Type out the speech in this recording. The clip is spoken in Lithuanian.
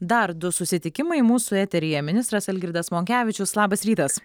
dar du susitikimai mūsų eteryje ministras algirdas monkevičius labas rytas